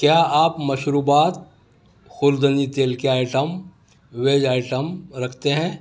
کیا آپ مشروبات خوردنی تیل کے آئٹم ویج آئٹم رکھتے ہیں